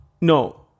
No